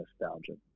nostalgia